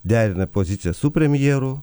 derina pozicijas su premjeru